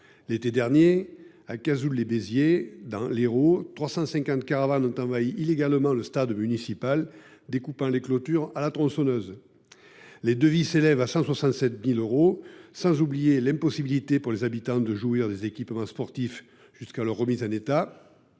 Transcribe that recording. L’été dernier, à Cazouls lès Bézier dans l’Hérault, 350 caravanes ont envahi illégalement le stade municipal, dont les clôtures ont été découpées à la tronçonneuse. Les devis s’élèvent à 167 000 euros, sans compter l’impossibilité pour les habitants de jouir des équipements sportifs jusqu’à leur remise en état,